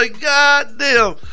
goddamn